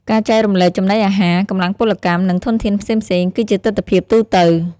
ការចែករំលែកចំណីអាហារ កម្លាំងពលកម្ម និងធនធានផ្សេងៗ គឺជាទិដ្ឋភាពទូទៅ។